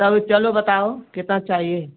तब चलो बताओ कितना चाहिए